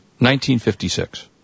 1956